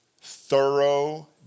thorough